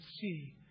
see